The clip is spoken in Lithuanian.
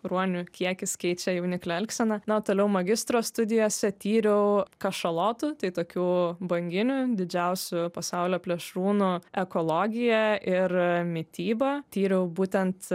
ruonių kiekis keičia jauniklio elgseną na o toliau magistro studijose tyriau kašalotų tai tokių banginių didžiausių pasaulio plėšrūnų ekologiją ir mitybą tyriau būtent